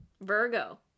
Virgo